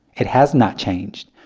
it has not changed.